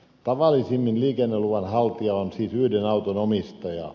tavallisimmin liikenneluvan haltija on siis yhden auton omistaja